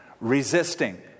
resisting